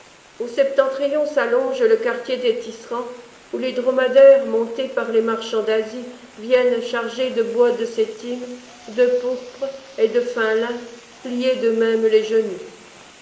au septentrion s'allonge le quartier des tisserands où les dromadaires montés par les marchands d'asie viennent chargés de bois de sétim de pourpre et de fin lin plier d'eux-mêmes les genoux